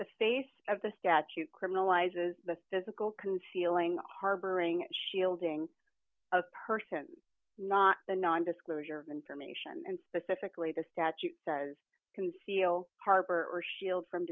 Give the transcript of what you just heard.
the face of the statute criminalizes the physical concealing harboring shielding a person not the nondisclosure information and specifically the statute says conceal harbor or shield from